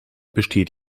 besteht